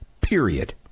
period